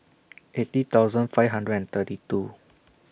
eighty thousand five hundred and thirty two